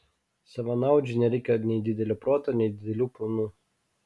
savanaudžiui nereikia nei didelio proto nei didelių planų